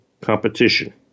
competition